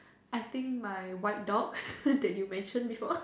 I think my white dog that you mention before